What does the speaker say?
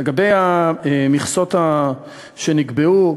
לגבי המכסות שנקבעו,